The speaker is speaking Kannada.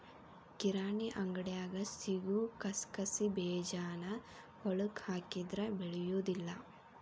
ಕಿರಾಣಿ ಅಂಗಡ್ಯಾಗ ಸಿಗು ಕಸಕಸಿಬೇಜಾನ ಹೊಲಕ್ಕ ಹಾಕಿದ್ರ ಬೆಳಿಯುದಿಲ್ಲಾ